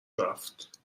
رفت